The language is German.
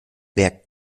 wer